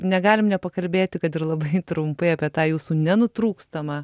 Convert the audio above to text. negalim nepakalbėti kad ir labai trumpai apie tą jūsų nenutrūkstamą